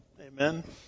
Amen